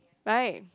right